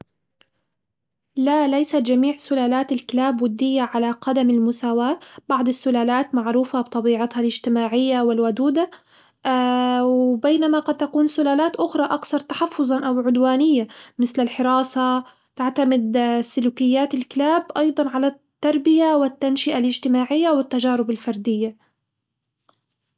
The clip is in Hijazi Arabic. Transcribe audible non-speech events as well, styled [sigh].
لا ليس جميع سلالات الكلاب وديّة على قدم المساواة، بعض السلالات معروفة بطبيعتها الاجتماعية والودودة [hesitation] وبينما قد تكون سلالات أخرى أكثر تحفظًا أو عدوانية مثل الحراسة، تعتمد [hesitation] سلوكيات الكلاب أيضًا على التربية والتنشئة الاجتماعية والتجارب الفردية.